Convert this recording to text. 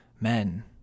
men